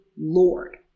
Lord